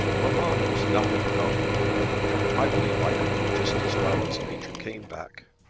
mamma knows nothing about it, lord rufford. i believe i could do just as well as major caneback.